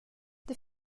det